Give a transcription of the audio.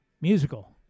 musical